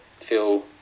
feel